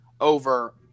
over